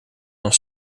dan